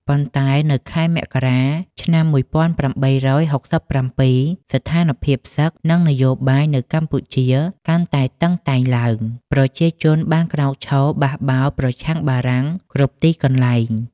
ប៉ុន្តែនៅខែមករា ឆ្នាំ ១៨៦៧ ស្ថានភាពសឹក និងនយោបាយនៅកម្ពុជាកាន់តែតឹងតែងឡើង ប្រជាជនបានក្រោកឈរបះបោរប្រឆាំងបារាំងគ្រប់ទីកន្លែង។